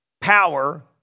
power